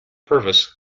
purvis